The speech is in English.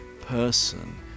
person